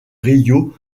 rio